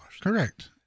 Correct